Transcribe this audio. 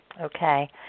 Okay